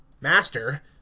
Master